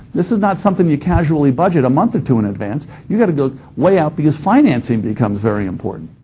this is not something you casually budget a month or two in advance. you got to go way out because financing becomes very important,